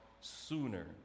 sooner